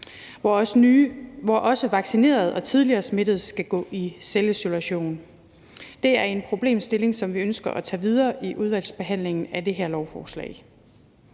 hvor også vaccinerede og tidligere smittede skal gå i selvisolation. Det er en problemstilling, som vi ønsker at tage videre i udvalgsbehandlingen af det her lovforslag.